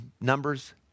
Numbers